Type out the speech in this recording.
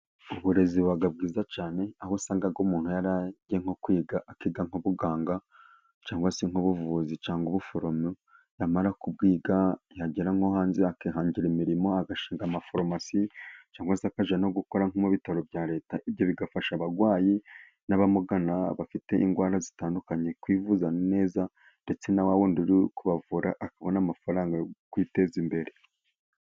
Uburezi buba bwiza cyane, aho usanga umuntu yarahiye nko kwiga akiga nk'ubuganga, cyangwa se nk'ubuvuzi cyangwa ubuforomo. Yamara kubwiga, yagera nko hanze akihangira imirimo agashinga amafarumasi cyangwa se akajya no gukora nko mu bitaro bya Leta. Ibyo bigafasha abarwayi n'abamugana, bafite indwara zitandukanye kwivuza neza. Ndetse na wa wundi uri kubavura akabona amafaranga yo kwiteza imbere.